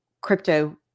crypto